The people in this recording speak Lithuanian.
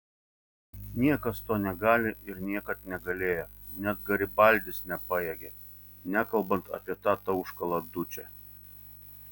niekas to negali ir niekad negalėjo net garibaldis nepajėgė nekalbant apie tą tauškalą dučę